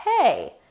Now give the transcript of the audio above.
hey